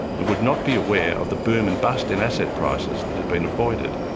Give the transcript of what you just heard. it would not be aware of the boom and bust in asset prices that had been avoided.